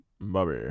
Bobby